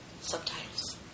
subtitles